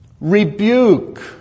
rebuke